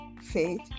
faith